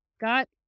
got